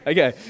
Okay